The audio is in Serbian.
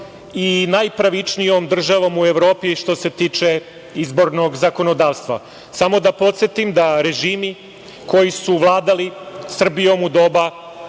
i najpravičnijom državom u Evropi, što se tiče izbornog zakonodavstva. Samo da podsetim da režimi koji su vladali Srbijom u doba